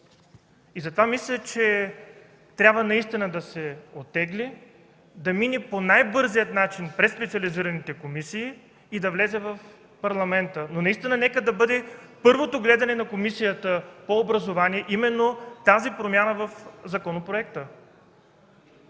И затова мисля, че трябва наистина да се оттегли, да мине по най-бързия начин през специализираните комисии и да влезе в Парламента, но наистина нека първото гледане именно на тази промяна в законопроекта